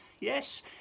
yes